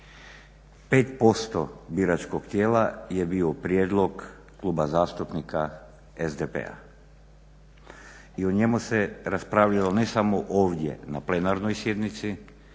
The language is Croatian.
56 biračkog tijela je bio prijedlog Kluba zastupnika SDP-a i u njemu se raspravljalo ne samo ovdje na plenarnoj sjednici